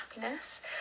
happiness